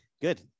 Good